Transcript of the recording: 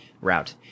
route